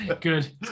Good